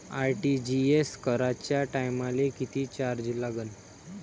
RTGS कराच्या टायमाले किती चार्ज लागन?